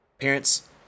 Parents